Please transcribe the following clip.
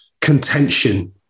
contention